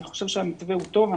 המתווה הוא טוב.